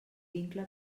vincle